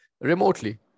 remotely